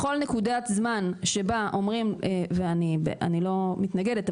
בכל נקודת זמן שבה אומרים ואני לא מתנגדת,